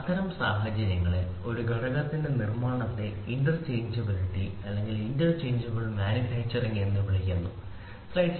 അത്തരം സാഹചര്യങ്ങളിൽ ഒരു ഘടകത്തിന്റെ നിർമ്മാണത്തെ ഇന്റർചേഞ്ചബിലിറ്റി ഇന്റർചേഞ്ചബിൾ മാനുഫാക്ചറിംഗ് എന്ന് വിളിക്കുന്നു ശരി